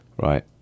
right